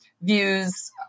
views